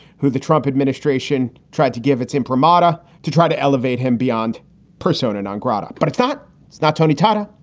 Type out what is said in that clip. who the trump administration tried to give its imprimatur to try to elevate him beyond persona non grata. but it's not it's not tony tata.